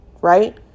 Right